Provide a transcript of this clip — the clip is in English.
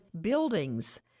buildings